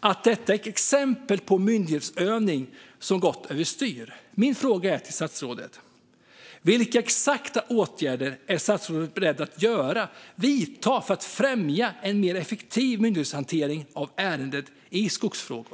att detta är ett exempel på myndighetsutövning som har gått över styr. Min fråga till statsrådet är: Vilka exakta åtgärder är statsrådet beredd att vidta för att främja en effektivare myndighetshantering av ärenden i skogsfrågor?